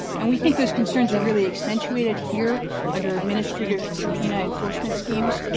and we think those concerns are really accentuated here under administrative subpoena enforcement schemes,